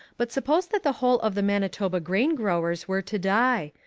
but suppose that the whole of the manitoba grain growers were to die.